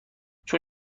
چون